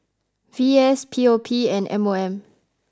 V S P O P and M O M